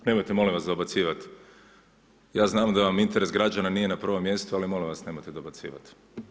Nemojte molim vas dobacivat, ja znam da vam interes građana nije na prvom mjestu, ali molim vas nemojte dobacivat.